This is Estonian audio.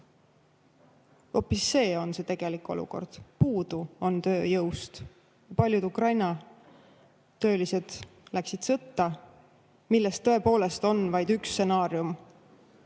see on tegelik olukord: puudu on tööjõust. Paljud Ukraina töölised läksid sõtta, millest tõepoolest on vaid üks stsenaarium,